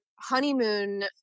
honeymoon